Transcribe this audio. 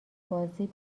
بازی